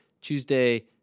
Tuesday